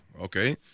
okay